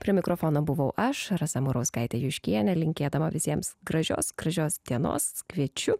prie mikrofono buvau aš rasa murauskaitė juškienė linkėdama visiems gražios gražios dienos kviečiu